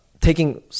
Taking